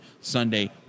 Sunday